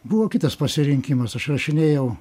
buvo kitas pasirinkimas aš rašinėjau